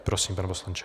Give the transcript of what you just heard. Prosím, pane poslanče.